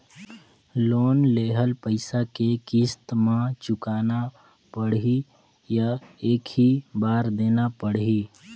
Loan लेहल पइसा के किस्त म चुकाना पढ़ही या एक ही बार देना पढ़ही?